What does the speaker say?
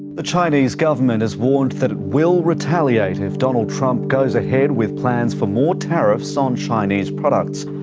the chinese government has warned that it will retaliate if donald trump goes ahead with plans for more tariffs on chinese products.